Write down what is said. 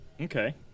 Okay